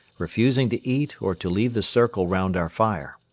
refusing to eat or to leave the circle round our fire.